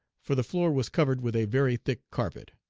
for the floor was covered with a very thick carpet.